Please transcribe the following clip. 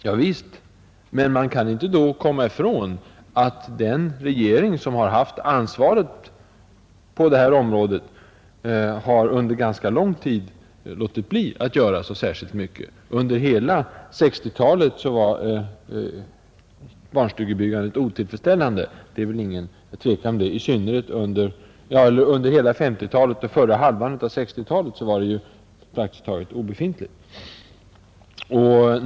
Javisst, men man kan inte komma ifrån att den regering som har haft ansvaret på detta område under ganska lång tid har låtit bli att göra särskilt mycket. Under hela 1950-talet och första halvan av 1960-talet var barnstugebyggandet praktiskt taget obefintligt.